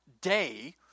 day